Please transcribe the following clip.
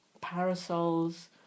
parasols